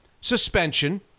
suspension